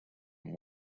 and